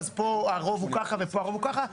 ופה הרוב הוא ככה ופה הרוב הוא ככה.